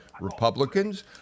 Republicans